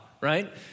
right